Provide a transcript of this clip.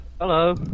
Hello